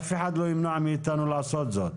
אף אחד לא ימנע מאיתנו לעשות זאת.